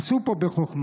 עשו פה בחוכמה,